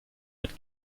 but